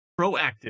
proactive